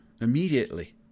immediately